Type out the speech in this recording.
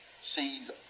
sees